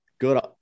good